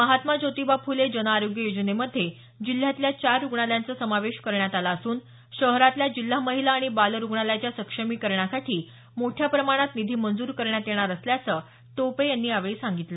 महात्मा ज्योतिबा फुले जन आरोग्य योजनेमध्ये जिल्ह्यातल्या चार रुग्णालयांचा समावेश करण्यात आला असून शहरातल्या जिल्हा महिला आणि बाल रुग्णालयाच्या सक्षमीकरणासाठी मोठ्या प्रमाणात निधी मंजूर करण्यात येणार असल्याचं टोपे यांनी यावेळी सांगितलं